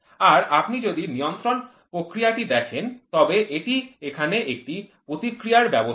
আর আপনি যদি নিয়ন্ত্রণ প্রক্রিয়াটি দেখেন তবে এটি এখানে একটি প্রতিক্রিয়ার ব্যবস্থা